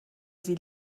sie